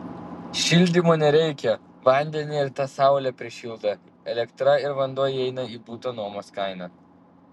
šildymo nereikia vandenį ir tą saulė prišildo elektra ir vanduo įeina į buto nuomos kainą